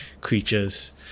creatures